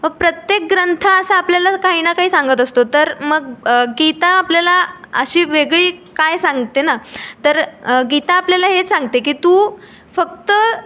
व प्रत्येक ग्रंथा असा आपल्याला काही ना काही सांगत असतो तर मग गीता आपल्याला अशी वेगळी काय सांगते ना तर गीता आपल्याला हे सांगते की तू फक्त